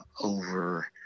over